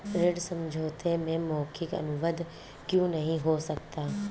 ऋण समझौते में मौखिक अनुबंध क्यों नहीं हो सकता?